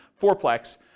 fourplex